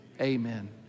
Amen